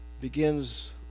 begins